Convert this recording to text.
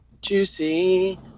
juicy